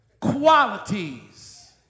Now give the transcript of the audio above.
qualities